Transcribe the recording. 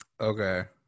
Okay